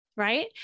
Right